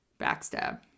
backstab